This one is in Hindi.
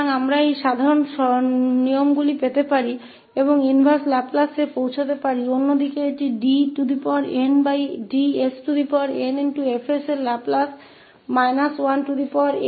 तो हम इन सभी सामान्य नियमों को प्राप्त कर सकते हैं और इनवर्स लैपलेस ट्रांसफॉर्म को दूसरे तरीके से बदल सकते हैं कि dndsnF का लैपलेस ntnf है